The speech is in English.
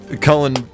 Cullen